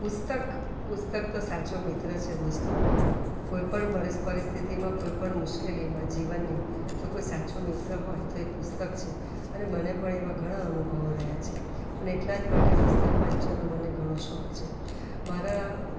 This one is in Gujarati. પુસ્તક પુસ્તક તો સાચો મિત્ર છે દોસ્તો કોઈ પણ પરિસ્થિતિમાં કોઈ પણ મુશ્કેલીમાં જીવનની કોઈ સાચો મિત્ર હોય તો એ પુસ્તક છે અને મને પણ એવા ઘણા અનુભવો રહ્યા છે અને એટલા જ માટે પુસ્તક વાંચન મને ઘણો શોખ છે મારા